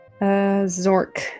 Zork